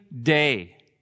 day